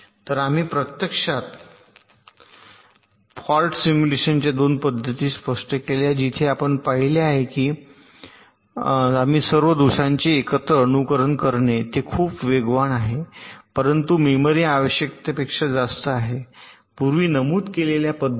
तर आम्ही प्रत्यक्षात फॉल्ट सिम्युलेशनच्या 2 पद्धती स्पष्ट केल्या आहेत जिथे आपण पाहिले आहे की आम्ही सर्व दोषांचे एकत्र अनुकरण करणे ते खूप वेगवान आहे परंतु मेमरी आवश्यकतेपेक्षा जास्त आहे पूर्वी नमूद केलेल्या पद्धती